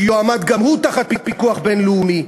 שיועמד גם הוא תחת פיקוח בין-לאומי.